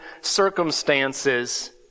circumstances